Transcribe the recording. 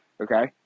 Okay